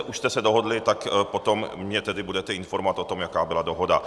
Už jste se dohodli, tak potom mě tedy budete informovat o tom, jaká byla dohoda.